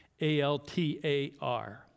A-L-T-A-R